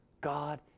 God